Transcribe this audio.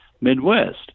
Midwest